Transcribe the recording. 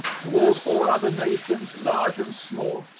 toward all other nations, large and small,